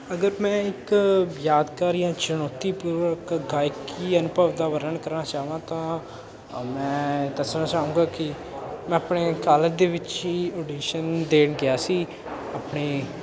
ਅਗਰ ਮੈਂ ਇੱਕ ਯਾਦਗਾਰ ਜਾਂ ਚੁਣੌਤੀਪੂਰਵਕ ਗਾਇਕੀ ਅਨੁਭਵ ਦਾ ਵਰਨਣ ਕਰਨਾ ਚਾਹਵਾਂ ਤਾਂ ਮੈਂ ਦੱਸਣਾ ਚਾਹੂੰਗਾ ਕਿ ਮੈਂ ਆਪਣੇ ਕਾਲਜ ਦੇ ਵਿੱਚ ਹੀ ਔਡੀਸ਼ਨ ਦੇਣ ਗਿਆ ਸੀ ਆਪਣੇ